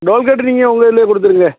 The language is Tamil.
டோல்கேட்டு நீங்கள் உங்கள் இதிலயே கொடுத்துருங்க